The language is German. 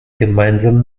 gemeinsam